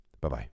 Bye-bye